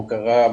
'מוקרה',